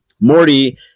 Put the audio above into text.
Morty